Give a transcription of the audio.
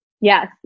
yes